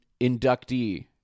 inductee